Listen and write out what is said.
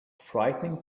frightening